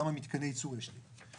כמה מתקני ייצור יש לי,